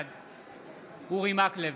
בעד אורי מקלב,